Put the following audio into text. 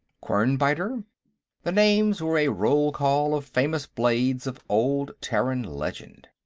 quernbiter the names were a roll-call of fabulous blades of old terran legend.